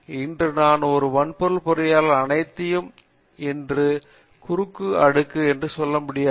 இன்று நான் ஒரு வன்பொருள் பொறியியலாளர் அனைத்தையும் இன்று குறுக்கு அடுக்கு என்று சொல்ல முடியாது